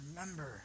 Remember